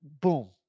boom